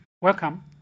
welcome